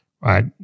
right